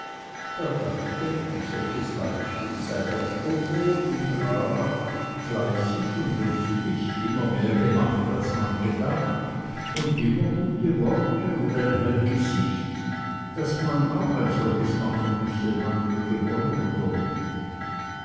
er dachte ein solch weibchen sei doch kommod und rar fleißig und lustig immer mehr gemacht als man gedacht und immer gute worte und ein hell gesicht daß man auch ein solches machen müsse man möge wollen oder nicht